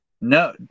No